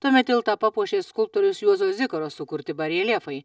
tuomet tiltą papuošė skulptoriaus juozo zikaro sukurti bareljefai